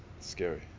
scary